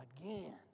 again